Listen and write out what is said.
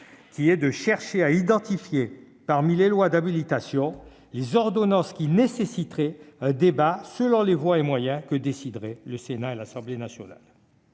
affirme « chercher à identifier, parmi les lois d'habilitation, les ordonnances qui nécessiteraient un débat, selon les voies et moyens que décideraient le Sénat et l'Assemblée nationale